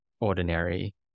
ordinary